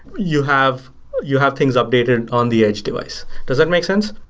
you have you have things updated on the edge device. does that make sense?